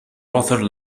rother